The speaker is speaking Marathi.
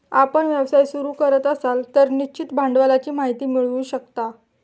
आपण व्यवसाय सुरू करत असाल तर निश्चित भांडवलाची माहिती मिळवू शकता